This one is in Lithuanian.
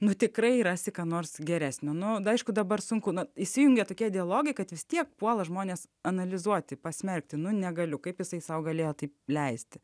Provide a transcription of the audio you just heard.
nu tikrai rasi ką nors geresnio nu aišku dabar sunku nu įsijungia tokie dialogai kad vis tiek puola žmonės analizuoti pasmerkti nu negaliu kaip jisai sau galėjo taip leisti